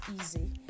easy